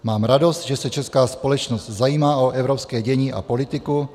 Mám radost, že se česká společnost zajímá o evropské dění a politiku.